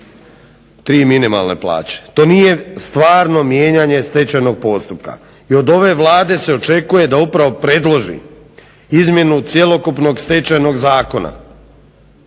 tri minimalne plaće. To nije stvarno mijenjanje stečajnog postupka. I od ove Vlade se očekuje da upravo predloži izmjenu cjelokupnog Stečajnog zakona.